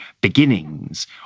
beginnings